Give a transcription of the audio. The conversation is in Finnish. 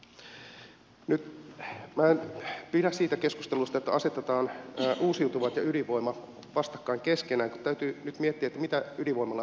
nyt minä en pidä siitä keskustelusta että asetetaan uusiutuvat ja ydinvoima vastakkain keskenään kun täytyy nyt miettiä että mitä ydinvoimalla tuotetaan